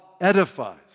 edifies